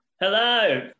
Hello